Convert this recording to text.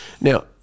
now